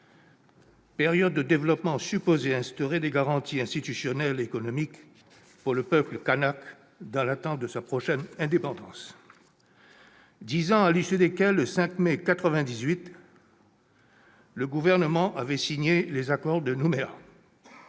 période de développement supposée instaurer des garanties institutionnelles et économiques pour le peuple kanak, dans l'attente de sa prochaine indépendance. À l'issue de ces dix années, le 5 mai 1998, le Gouvernement a signé l'accord de Nouméa